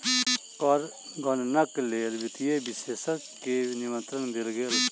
कर गणनाक लेल वित्तीय विशेषज्ञ के निमंत्रण देल गेल